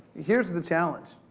here's the challenge,